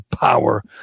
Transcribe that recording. power